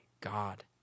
God